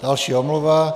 Další omluva.